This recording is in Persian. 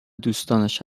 دوستانش